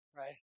right